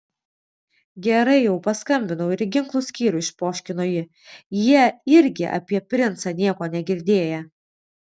gerai jau paskambinau ir į ginklų skyrių išpoškino ji jie irgi apie princą nieko negirdėję